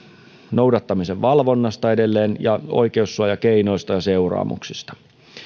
noudattamisen valvonnasta ja oikeussuojakeinoista ja seuraamuksista